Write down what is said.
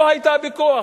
לא היו בכוח.